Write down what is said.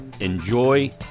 Enjoy